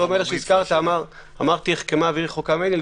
אותו מלך שהזכרת אמר: "אמרתי אחכמה והיא רחוקה ממני".